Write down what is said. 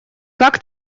как